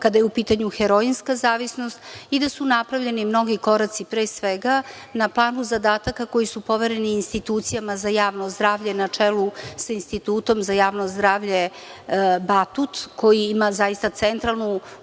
kada je u pitanju heroinska zavisnost i da su napravljeni mnogi koraci, pre svega na planu zadataka koji su povereni institucijama za javno zdravlje na čelu sa Institutom za javno zdravlje „Batut“ koji ima zaista centralnu